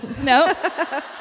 no